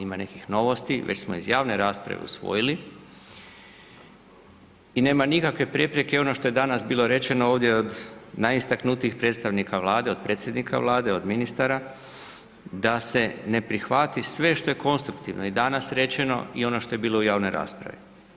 Ima nekih novosti, već smo iz javne rasprave usvojili i nema nikakve prepreke, ono što je danas bilo rečeno ovdje od najistaknutijih predstavnika Vlade, od predsjednika Vlade, od ministara, da se ne prihvati sve što je konstruktivno i danas rečeno i ono što je bilo u javnoj raspravi.